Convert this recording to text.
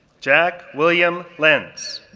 jack william lenz,